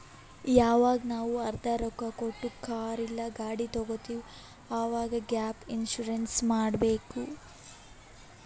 ಯವಾಗ್ ನಾವ್ ಅರ್ಧಾ ರೊಕ್ಕಾ ಕೊಟ್ಟು ಕಾರ್ ಇಲ್ಲಾ ಗಾಡಿ ತಗೊತ್ತಿವ್ ಅವಾಗ್ ಗ್ಯಾಪ್ ಇನ್ಸೂರೆನ್ಸ್ ಮಾಡಬೇಕ್